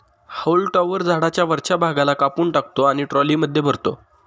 haulm topper झाडाच्या वरच्या भागाला कापून टाकतो आणि ट्रॉलीमध्ये भरतो